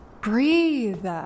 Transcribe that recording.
Breathe